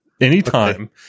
Anytime